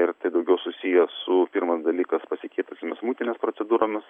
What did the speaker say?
ir tai daugiau susiję su pirmas dalykas pasikeitusiomis muitinės procedūromis